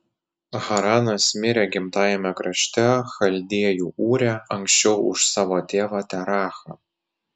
haranas mirė gimtajame krašte chaldėjų ūre anksčiau už savo tėvą terachą